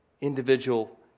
individual